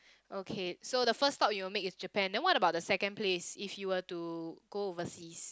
okay so the first stop you'll make is Japan then what about the second place if you were to go overseas